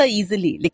easily